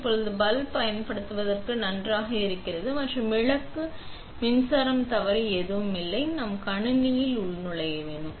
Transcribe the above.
இப்போது பல்ப் பயன்படுத்த நன்றாக இருக்கிறது மற்றும் விளக்கை மற்றும் மின்சாரம் தவறு எதுவும் இல்லை நாம் கணினியில் உள்நுழைய வேண்டும்